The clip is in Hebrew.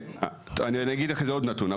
אני אתן לכם עוד נתון.